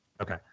Okay